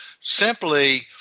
simply